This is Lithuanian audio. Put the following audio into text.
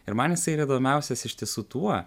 ir man jisai ir įdomiausias iš tiesų tuo